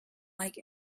like